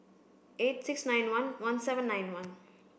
eight six nine one one seven nine one